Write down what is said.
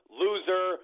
loser